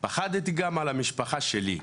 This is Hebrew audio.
פחדתי גם על המשפחה שלי.